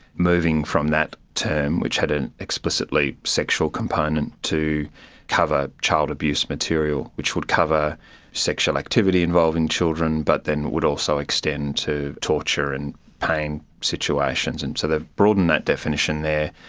moving from that term which had an explicitly sexual component to cover child abuse material which would cover sexual activity involving children but then would also extend to torture and pain situations. and so they've broadened that definition there.